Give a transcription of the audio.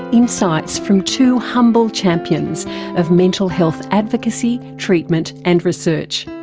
insights from two humble champions of mental health advocacy, treatment and research,